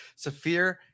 Safir